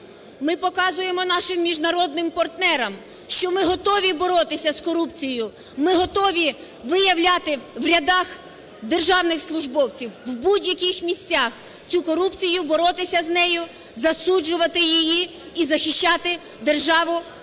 …ми показуємо нашим міжнародним партнерам, що ми готові боротися з корупцією, ми готові виявляти в рядах державних службовців в будь-яких місцях цю корупцію, боротися з нею, засуджувати її і захищати державу